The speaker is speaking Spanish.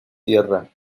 tierra